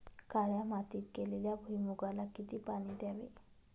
काळ्या मातीत केलेल्या भुईमूगाला किती पाणी द्यावे?